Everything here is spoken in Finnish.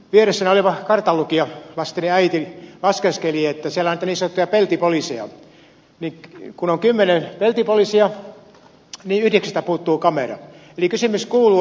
vieressäni oleva kartanlukija lasteni äiti laskeskeli että siellä on niitä niin sanottuja peltipoliiseja ja kun on kymmenen peltipoliisia niin yhdeksästä puuttuu kamera